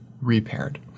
repaired